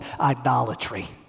idolatry